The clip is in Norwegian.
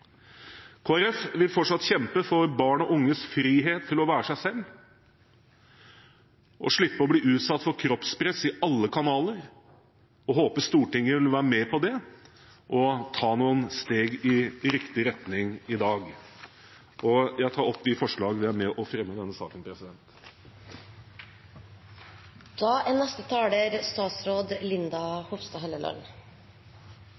vil fortsatt kjempe for barn og unges frihet til å være seg selv og slippe å bli utsatt for kroppspress i alle kanaler. Vi håper Stortinget vil være med på det og ta noen steg i riktig retning i dag. Jeg har lyst til å starte med å gi honnør til SV, som har hatt et engasjement på dette feltet gjennom mange år. Jeg er